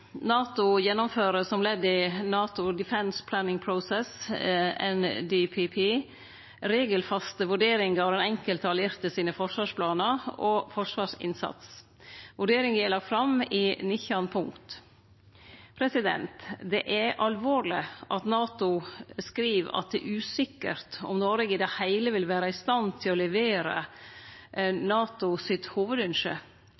NATO gjennomfører som ledd i NATO Defence Planning Process, NDPP, regelfaste vurderingar av den enkelte allierte sine forsvarsplanar og forsvarsinnsats. Vurderinga er lagd fram i 19 punkt. Det er alvorleg at NATO skriv at det er usikkert om Noreg i det heile vil vere i stand til å levere